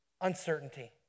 uncertainty